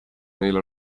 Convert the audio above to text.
neil